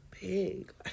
big